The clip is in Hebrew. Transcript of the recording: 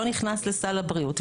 לא נכנס לסל הבריאות.